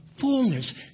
fullness